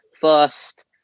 first